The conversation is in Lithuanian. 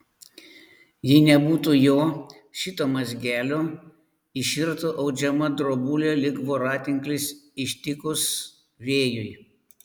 jei nebūtų jo šito mazgelio iširtų audžiama drobulė lyg voratinklis ištikus vėjui